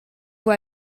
vous